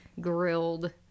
Grilled